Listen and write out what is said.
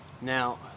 Now